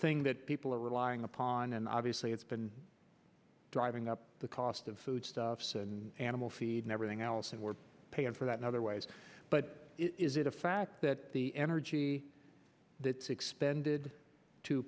thing that people are relying upon and obviously it's been driving up the cost of food stuffs and animal feed and everything else and we're paying for that now other ways but is it a fact that the energy that expended to